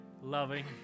Loving